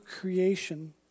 creation